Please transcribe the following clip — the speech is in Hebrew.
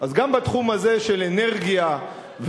אז גם בתחום הזה של אנרגיה ותשתיות,